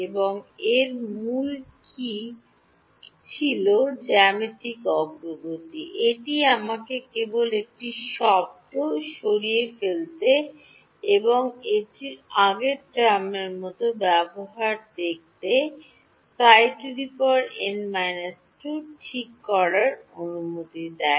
এবং এর মূল কী ছিল জ্যামিতিক অগ্রগতি এটি আমাকে কেবল একটি শব্দটি সরিয়ে ফেলতে এবং এটি আগের টার্মের মতো দেখতে Ψ n−2 ঠিক করার অনুমতি দেয়